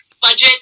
budget